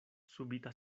subita